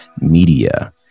media